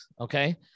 Okay